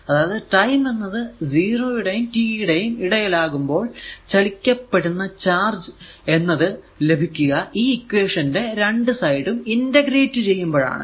അതായതു ടൈം എന്നത് 0 യുടെയും t യുടെയും ഇടയിൽ ആകുമ്പോൾ ചലിക്കപ്പെടുന്ന ചാർജ് എന്നത് ലഭിക്കുക ഈ ഇക്വേഷൻ ന്റെ രണ്ടു സൈഡും ഇന്റഗ്രേറ്റ് ചെയ്യുമ്പോൾ ആണ്